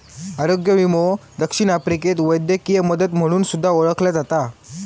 आरोग्य विमो दक्षिण आफ्रिकेत वैद्यकीय मदत म्हणून सुद्धा ओळखला जाता